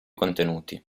contenuti